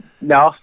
No